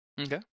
Okay